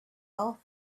all